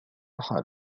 حالك